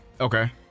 okay